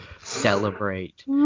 celebrate